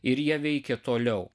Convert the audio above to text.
ir jie veikė toliau